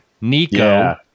Nico